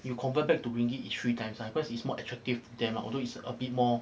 you convert back to ringgit it's three times ah of course it's more attractive than although it's a bit more